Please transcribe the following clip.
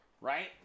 Right